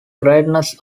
greatness